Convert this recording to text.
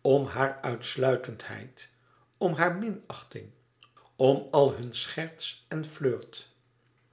om hare uitsluitendheid om hare minachting om al hun scherts en flirt